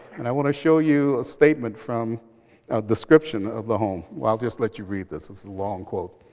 and i want to show you a statement from a description of the home. well, i'll just let you read this. it's a long quote.